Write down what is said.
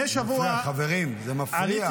זה מפריע, חברים, זה מפריע.